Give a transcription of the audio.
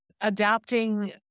adapting